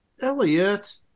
Elliot